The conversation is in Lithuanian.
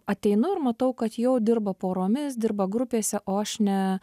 ateinu ir matau kad jau dirba poromis dirba grupėse o aš ne